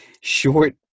Short